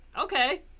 okay